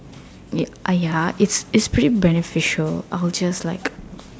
ya ah ya it's it's pretty beneficial I'll just like